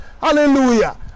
Hallelujah